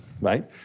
right